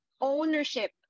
ownership